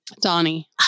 Donnie